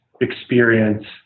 experience